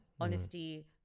honesty